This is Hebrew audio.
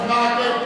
חבל על הזמן.